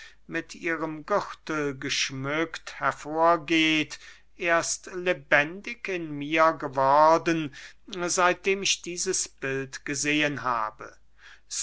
mit ihrem gürtel geschmückt hervorgeht erst lebendig in mir geworden seitdem ich dieses bild gesehen habe